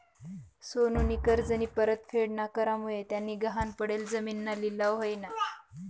सोनूनी कर्जनी परतफेड ना करामुये त्यानी गहाण पडेल जिमीनना लिलाव व्हयना